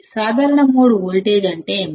common mode voltage అంటే ఏమిటి